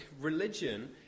religion